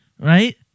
right